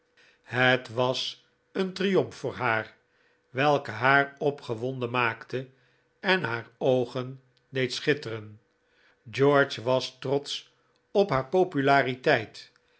het was een triomf voor haar welke haar opgewonden maakte en haar oogen deed schitteren george was trotsch op haar populariteit